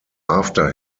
after